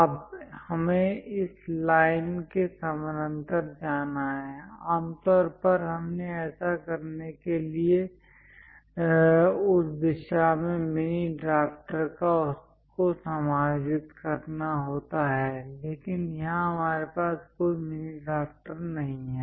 अब हमें इस लाइन के समानांतर जाना है आमतौर पर हमने ऐसा करने के लिए उस दिशा में मिनी ड्राफ्टर को समायोजित करना होता है लेकिन यहां हमारे पास कोई मिनी ड्राफ्टर नहीं है